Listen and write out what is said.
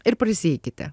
ir prasieikite